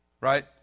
right